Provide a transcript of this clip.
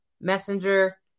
messenger